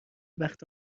وقت